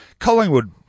Collingwood